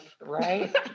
right